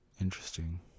Interesting